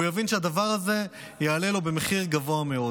הוא יבין שהדבר הזה יעלה לו במחיר גבוה מאוד.